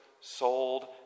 sold